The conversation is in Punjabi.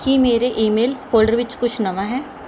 ਕੀ ਮੇਰੇ ਈਮੇਲ ਫੋਲਡਰ ਵਿੱਚ ਕੁਛ ਨਵਾਂ ਹੈ